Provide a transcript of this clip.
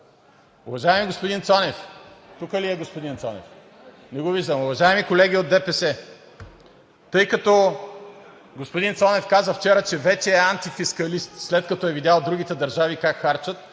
Уважаеми господин Цонев… Тук ли е господин Цонев? Не го виждам. Уважаеми колеги от ДПС, тъй като господин Цонев каза вчера, че вече е антифискалист, след като е видял другите държави как харчат,